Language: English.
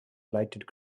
lighted